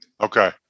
okay